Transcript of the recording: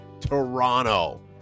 Toronto